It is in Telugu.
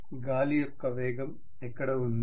విద్యార్థి గాలి యొక్క వేగం ఎక్కడ ఉంది